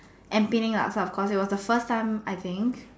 and Penang Laksa of course it was the first time I think